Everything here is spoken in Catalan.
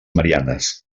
mariannes